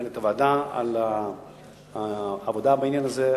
מנהלת הוועדה, על העבודה בעניין הזה.